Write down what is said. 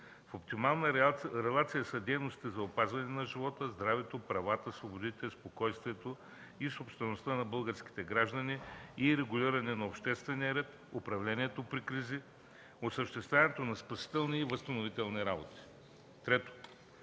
В оптимална релация са дейностите за опазване на живота, здравето, правата, свободите, спокойствието и собствеността на българските граждани и регулирането на обществения ред, управлението при кризи, осъществяването на спасителни и възстановителни работи. Трето,